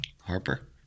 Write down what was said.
Harper